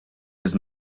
his